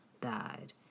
died